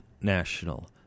National